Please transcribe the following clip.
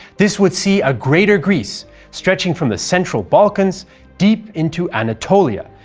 this would see a greater greece stretching from the central balkans deep into anatolia,